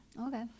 okay